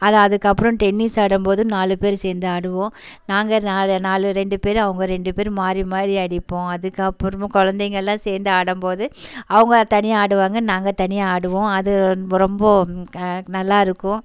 அது அதுக்கப்பறம் டென்னிஸ் ஆடும்போதும் நாலு பேர் சேர்ந்து ஆடுவோம் நாங்கள் நாலு நாலு ரெண்டு பேர் அவங்க ரெண்டு பேர் மாறி மாறி அடிப்போம் அதுக்கப்புறமும் குழந்தைங்கள்லாம் சேர்ந்து ஆடும்போது அவங்க தனியாக ஆடுவாங்க நாங்கள் தனியாக ஆடுவோம் அது ரொம்ப நல்லாயிருக்கும்